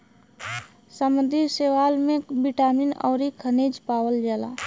समुंदरी शैवाल में बिटामिन अउरी खनिज पावल जाला